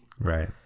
Right